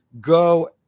go